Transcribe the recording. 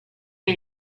che